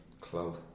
club